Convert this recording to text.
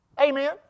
Amen